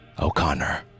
O'Connor